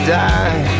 die